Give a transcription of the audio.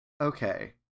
okay